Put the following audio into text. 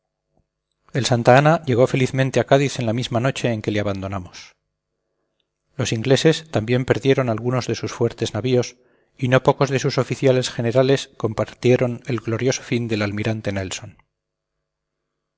el santa ana llegó felizmente a cádiz en la misma noche en que le abandonamos los ingleses también perdieron algunos de sus fuertes navíos y no pocos de sus oficiales generales compartieron el glorioso fin del almirante nelson